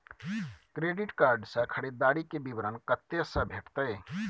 Credit card से खरीददारी के विवरण कत्ते से भेटतै?